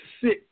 six